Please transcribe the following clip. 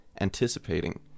anticipating